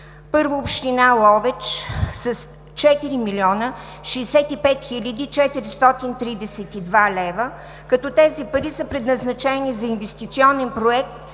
Първо, община Ловеч с 4 млн. 65 хил. 432 лв., като тези пари са предназначени за инвестиционен проект,